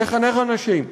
לחנך אנשים,